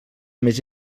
més